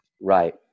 Right